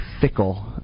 fickle